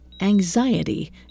anxiety